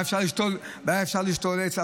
כבר היה אפשר לשתול עץ.